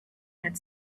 had